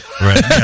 right